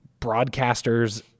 broadcasters